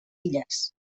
illes